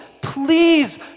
Please